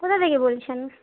কোথা থেকে বলছেন